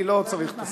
אני לא צריך את השר.